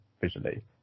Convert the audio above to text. visually